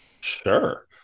Sure